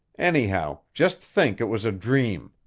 anyhow, just think it was a dream.